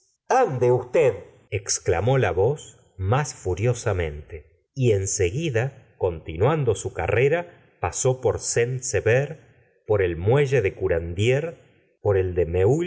ande ustedl exclamó la voz más furiosamente y en seguida continuando su carrera pasó por saint sever por el muelle de curandiers por el